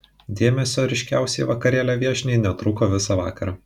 dėmesio ryškiausiai vakarėlio viešniai netrūko visą vakarą